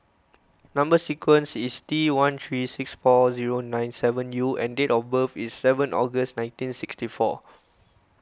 Number Sequence is T one three six four zero nine seven U and date of birth is seven August nineteen sixty four